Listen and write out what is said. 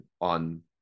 on